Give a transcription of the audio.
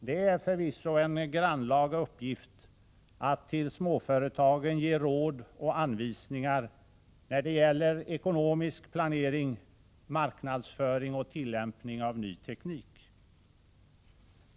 Det är förvisso en grannlaga uppgift att till småföretagen ge råd och anvisningar när det gäller ekonomisk planering, marknadsföring och tillämpning av ny teknik.